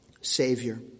Savior